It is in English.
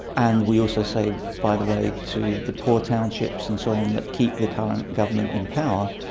and we also say by the way to the poor townships and so on that keep the current government in power,